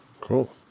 Cool